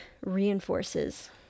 reinforces